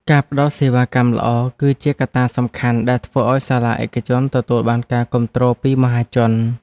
ការផ្តល់សេវាកម្មល្អគឺជាកត្តាសំខាន់ដែលធ្វើឱ្យសាលាឯកជនទទួលបានការគាំទ្រពីមហាជន។